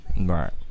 Right